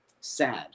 sad